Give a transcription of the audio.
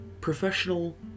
professional